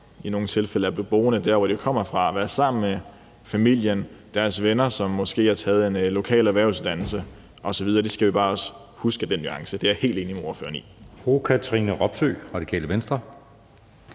i nogle tilfælde at blive boende der, hvor de kommer fra, og være sammen med familien og deres venner, som måske har taget en lokal erhvervsuddannelse osv. Den nuance skal vi også bare huske. Det er jeg helt enig med ordføreren i.